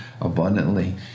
abundantly